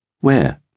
Where